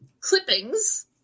Clippings